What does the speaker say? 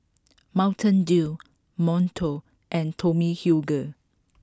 Mountain Dew Monto and Tommy Hilfiger